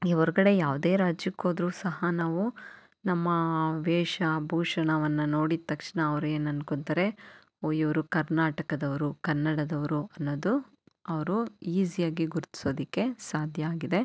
ನೀವು ಹೊರ್ಗಡೆ ಯಾವುದೇ ರಾಜ್ಯಕ್ಕೆ ಹೋದರೂ ಸಹ ನಾವು ನಮ್ಮ ವೇಷಭೂಷಣವನ್ನು ನೋಡಿದ ತಕ್ಷಣ ಅವರು ಏನನ್ಕೊತಾರೆ ಓ ಇವರು ಕರ್ನಾಟಕದವರು ಕನ್ನಡದವರು ಅನ್ನೋದು ಅವರು ಈಸಿಯಾಗಿ ಗುರ್ತಿಸೋದಕ್ಕೆ ಸಾಧ್ಯ ಆಗಿದೆ